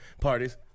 parties